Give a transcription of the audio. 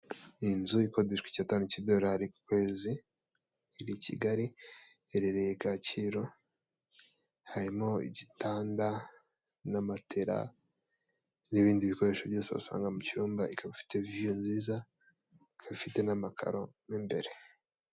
Inzu ikodeshwa icyatanu k'idorali ku kwezi, iri kigali iherereye Kacyiru harimo igitanda, na matera n'ibindi bikoresho byose wasanga mu cyumba ikabafite viyu nziza ikaba ifite n'amakaro mo imbere.